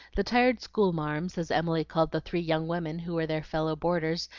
the tired school marms, as emily called the three young women who were their fellow-boarders,